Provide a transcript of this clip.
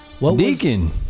Deacon